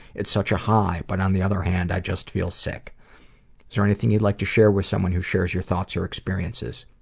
its such a high, but on the other hand, i just feel sick. is there anything youd like to share with someone who shares your thoughts or experiences?